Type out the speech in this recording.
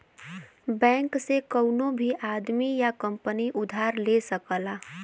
bank से कउनो भी आदमी या कंपनी उधार ले सकला